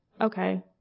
okay